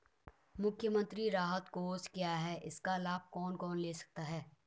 मुख्यमंत्री राहत कोष क्या है इसका लाभ कौन कौन ले सकता है?